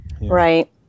right